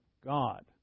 God